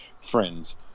friends